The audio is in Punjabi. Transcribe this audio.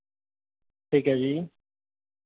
ਠੀਕ ਹੈ ਜੀ